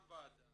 מטעם הוועדה